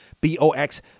B-O-X